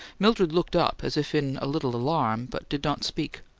mildred looked up, as if in a little alarm, but did not speak.